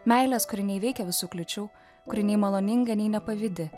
meilės kuri neįveikia visų kliūčių kuri nei maloninga nepavydi